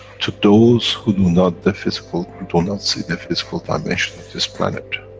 to those who do not the physical, who do not see the physical dimension of this planet,